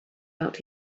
out